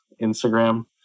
Instagram